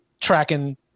tracking